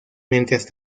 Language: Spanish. mientras